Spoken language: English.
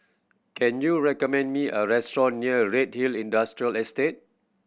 can you recommend me a restaurant near Redhill Industrial Estate